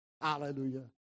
Hallelujah